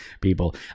people